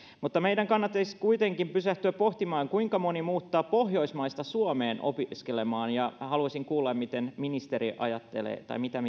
mutta meidän kannattaisi kuitenkin pysähtyä pohtimaan kuinka moni muuttaa pohjoismaista suomeen opiskelemaan ja haluaisin kuulla miten ministeri ajattelee tästä tai mitä